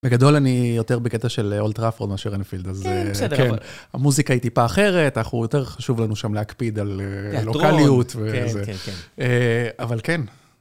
בגדול אני יותר בקטע של אולטראפרון מאשר אנפילד, אז כן. בסדר. המוזיקה היא טיפה אחרת, אנחנו יותר חשוב לנו שם להקפיד על נוטראליות. כן, כן, כן. אבל כן.